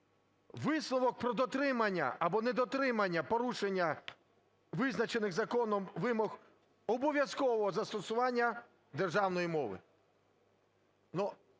"висновок про дотримання або недотримання (порушення) визначених Законом вимог обов’язкового застосування державної мови;".